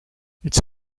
its